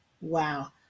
Wow